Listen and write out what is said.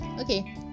Okay